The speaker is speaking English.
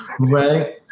right